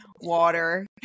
water